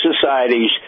societies